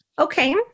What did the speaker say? Okay